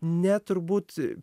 ne turbūt